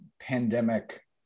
pandemic